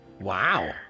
Wow